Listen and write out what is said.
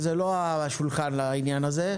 זה לא השולחן לעניין הזה.